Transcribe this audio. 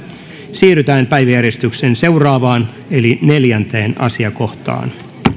siirrytään päiväjärjestyksen seuraavaan eli neljänteen asiakohtaan